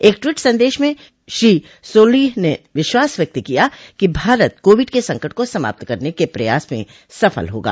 एक ट्वीट संदेश में श्री सोलिह ने विश्वास व्यक्त किया कि भारत कोविड के संकट को समाप्त करने के प्रयास में सफल होगा